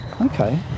Okay